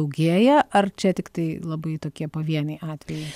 daugėja ar čia tiktai labai tokie pavieniai atvejai